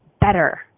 better